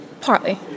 Partly